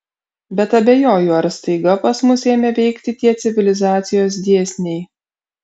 bet abejoju ar staiga pas mus ėmė veikti tie civilizacijos dėsniai